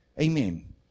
Amen